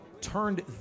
turned